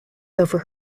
over